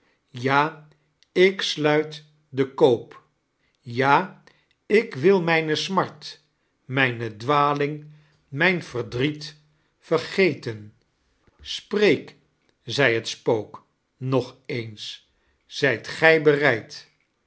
ja ik sluit den koop ja ik wil mijne smart mijne dwaling mijn verdriet vergeten spreek zei het spook nog eens zijt gij bereid